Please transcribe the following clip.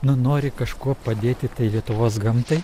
na nori kažkuo padėti tai lietuvos gamtai